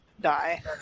die